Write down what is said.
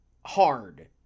hard